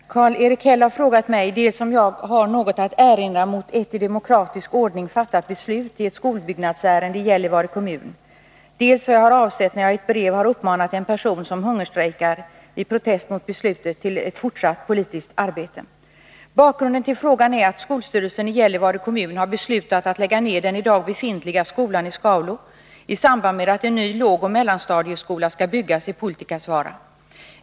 Herr talman! Karl-Erik Häll har frågat mig dels om jag har något att erinra mot ett i demokratisk ordning fattat beslut i ett skolbyggnadsärende i Gällivare kommun, dels vad jag har avsett när jag i ett brev har uppmanat en person som hungerstrejkar i protest mot beslutet till ett fortsatt politiskt arbete. Bakgrunden till frågan är att skolstyrelsen i Gällivare kommun har beslutet att lägga ned den i dag befintliga skolan i Skaulo i samband med att en ny lågoch mellanstadieskola skall byggas i Puoltikasvaara.